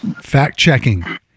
fact-checking